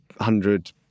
hundred